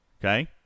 Okay